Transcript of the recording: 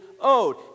owed